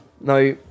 Now